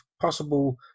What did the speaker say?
possible